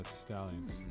Stallions